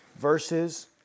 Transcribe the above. verses